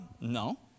No